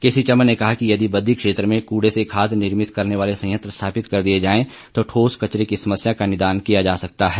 केसी चमन ने कहा कि यदि बद्दी क्षेत्र में कूड़े से खाद निर्मित करने वाले संयंत्र स्थापित कर दिए जाएं तो ठोस कचरे की समस्या का निदान किया जा सकता है